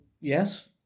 yes